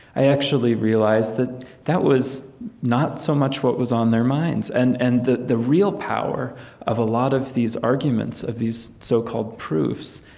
i actually realized that that was not so much what was on their minds and and the the real power of a lot of these arguments of these so-called proofs,